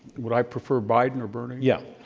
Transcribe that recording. would i prefer biden or bernie? yeah.